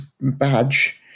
badge